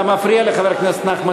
אתה מפריע לחבר הכנסת נחמן